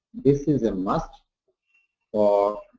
this is a must for,